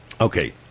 Okay